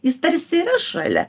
jis tarsi yra šalia